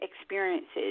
experiences